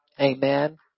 Amen